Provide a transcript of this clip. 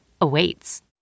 awaits